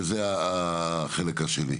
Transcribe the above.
וזה החלק השני.